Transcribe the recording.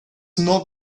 not